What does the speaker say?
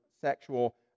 sexual